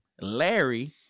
larry